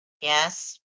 yes